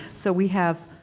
so we have